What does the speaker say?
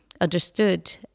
understood